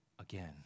again